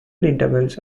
intervals